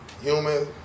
human